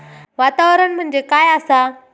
वातावरण म्हणजे काय आसा?